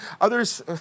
Others